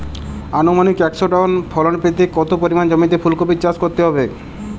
আনুমানিক একশো টন ফলন পেতে কত পরিমাণ জমিতে ফুলকপির চাষ করতে হবে?